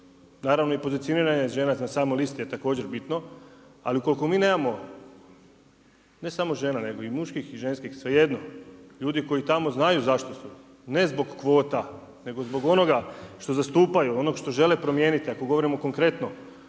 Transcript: Naravno i pozicioniranje žena na samoj listi je također bitno, ali ukoliko mi nemamo ne samo žena nego i muških i ženskih, svejedno, ljudi koji tamo znaju zašto su, ne zbog kvota nego zbog onoga što zastupaju, onog što žele promijeniti, ako govorimo konkretno